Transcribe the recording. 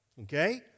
okay